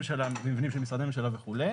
מבנים של משרדי ממשלה וכו'